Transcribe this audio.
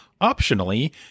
optionally